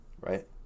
Right